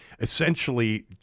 essentially